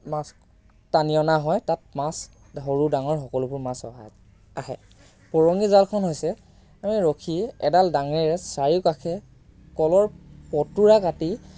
মাছ টানি অনা হয় তাত মাছ সৰু ডাঙৰ সকলোবোৰ মাছ অহা আহে পৰঙি জালখন হৈছে আমি ৰখি এডাল দাঙিৰে চাৰিওকাষে কলৰ পতুৰা কাটি